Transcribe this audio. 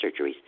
surgeries